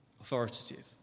authoritative